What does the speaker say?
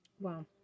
Wow